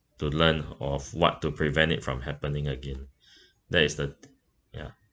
to learn of what to prevent it from happening again that is the ya